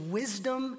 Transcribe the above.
wisdom